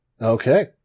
Okay